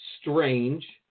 strange